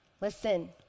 Listen